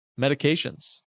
medications